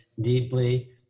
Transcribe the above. deeply